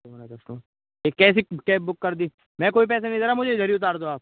उसको यह कैसी कैब बुक कर दी मैं कोई पैसे नहीं दे रा मुझे इधर ही उतार दो आप